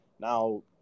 Now